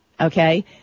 Okay